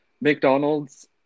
McDonald's